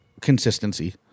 consistency